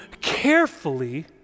carefully